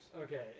Okay